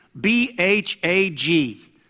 B-H-A-G